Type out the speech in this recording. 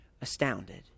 astounded